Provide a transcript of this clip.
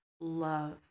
love